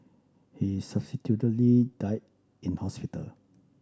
he subsequently died in hospital